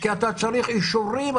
כי אתה צריך אישורים,